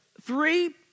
three